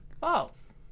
false